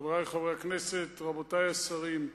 חברי חברי הכנסת, רבותי השרים,